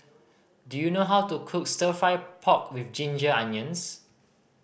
do you know how to cook Stir Fry pork with ginger onions